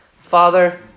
Father